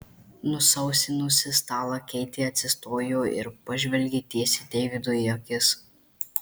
nusausinusi stalą keitė atsistojo ir pažvelgė tiesiai deividui į akis